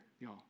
y'all